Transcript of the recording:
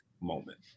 moment